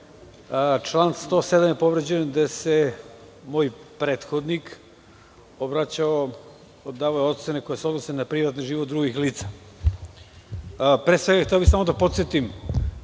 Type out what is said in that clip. član 107. je povređen gde se moj prethodnik obraćao, davao je ocene koje se odnose na privatni život drugih lica. Pre svega hteo bih samo da podsetim